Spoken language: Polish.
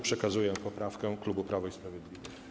Przekazuję poprawkę klubu Prawo i Sprawiedliwość.